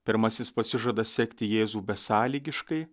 pirmasis pasižada sekti jėzų besąlygiškai